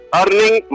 earning